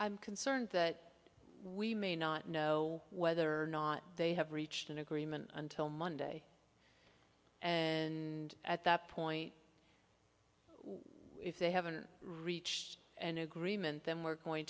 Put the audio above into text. i'm concerned that we may not know whether or not they have reached an agreement until monday and at that point if they haven't reached an agreement then we're going